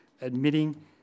admitting